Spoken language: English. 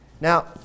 Now